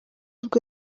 ubwo